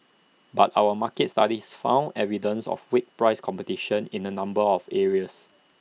but our market studies found evidence of weak price competition in A number of areas